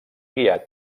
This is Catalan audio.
guiat